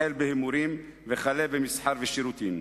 החל בהימורים וכלה במסחר ושירותים.